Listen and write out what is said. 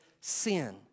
sin